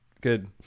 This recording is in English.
Good